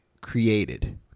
created